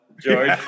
George